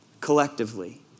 Collectively